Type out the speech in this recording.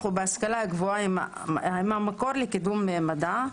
ובהשכלה הגבוהה הם המקור לקידום מדע,